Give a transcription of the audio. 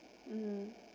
mm